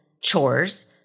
chores